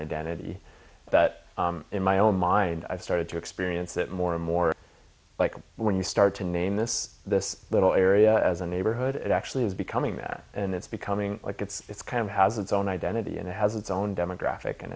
identity that in my own mind i started to experience it more and more like when you start to name this this little area as a neighborhood it actually is becoming that and it's becoming like it's kind of has its own identity and it has its own demographic and